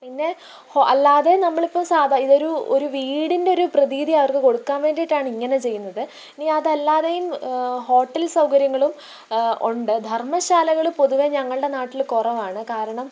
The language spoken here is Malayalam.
പിന്നെ ഹൊ അല്ലാതെ നമ്മളിപ്പോള് സാധാ ഇതൊരു ഒരു വീടിൻ്റെ ഒരു പ്രതീതി അവർക്ക് കൊടുക്കാൻ വേണ്ടിയിട്ടാണ് ഇങ്ങനെ ചെയ്യുന്നത് ഇനി അതല്ലാതെയും ഹോട്ടൽ സൗകര്യങ്ങളും ഉണ്ട് ധർമ്മശാലകള് പൊതുവെ ഞങ്ങളുടെ നാട്ടില് കുറവാണ് കാരണം